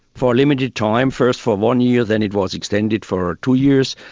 for a limited time, first for one year then it was extended for two years,